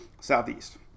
southeast